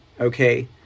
Okay